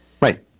Right